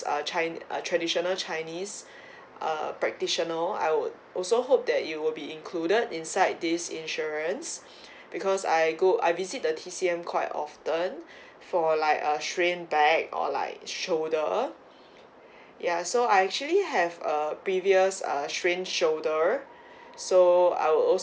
uh chine~ uh traditional chinese uh practisioner I would also hope that it will be included inside this insurance because I go I visit the T_C_M quite often for like a strain back or like shoulder ya so I actually have uh previous err strain shoulder so I would also